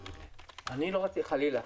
חלילה,